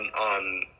On